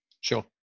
Sure